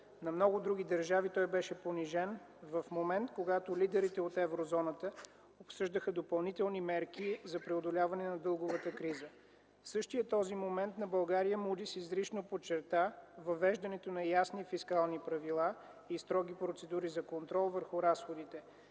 На много други държави той беше понижен в момент, когато лидерите от Еврозоната обсъждаха допълнителни мерки за преодоляване на дълговата криза. В същия този момент на България „Мудис” изрично подчертава въвеждането на ясни фискални правила и строги процедури за контрол върху разходите.